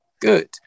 good